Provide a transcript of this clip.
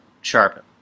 sharpen